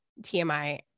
TMI